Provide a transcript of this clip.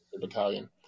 battalion